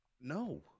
No